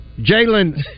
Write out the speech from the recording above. Jalen